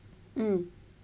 mm